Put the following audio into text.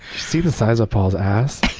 see the size of paul's ass?